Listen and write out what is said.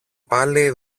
πάλι